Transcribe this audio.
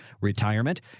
retirement